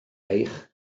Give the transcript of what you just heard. eich